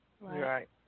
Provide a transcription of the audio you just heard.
right